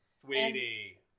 Sweetie